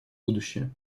будущее